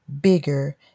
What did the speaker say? bigger